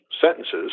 sentences